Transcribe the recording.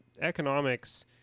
economics